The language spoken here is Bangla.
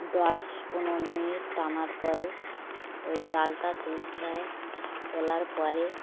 দশ পনের মিনিট টানার পরে ওই জালটা তুলতে হয় তোলার পরে